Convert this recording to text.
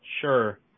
Sure